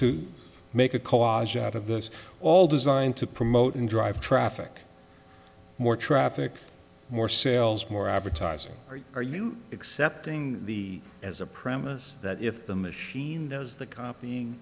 to make a collage out of this all designed to promote and drive traffic more traffic more sales more advertising or are you accepting the as a premise that if the machine knows the copying